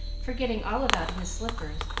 forgetting all about his slippers,